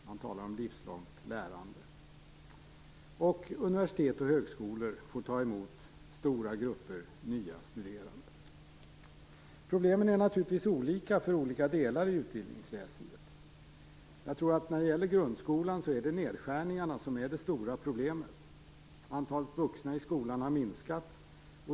Man talar om livslångt lärande. Universitet och högskolor får ta emot stora grupper nya studerande. Problemen är naturligtvis olika för olika delar av utbildningsväsendet. När det gäller grundskolan tror jag att det är nedskärningarna som är det stora problemet. Antalet vuxna i skolan har minskat.